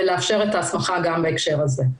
ולאפשר את ההסמכה גם בהקשר הזה,